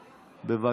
בבקשה.